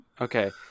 Okay